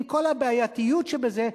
עם כל הבעייתיות שבזה,